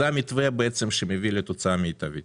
וזה המתווה שמביא לתוצאה מיטבית.